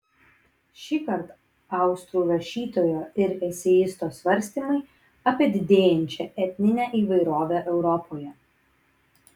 šįkart austrų rašytojo ir eseisto svarstymai apie didėjančią etninę įvairovę europoje